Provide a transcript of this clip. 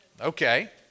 Okay